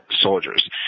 Soldiers